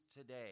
today